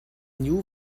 new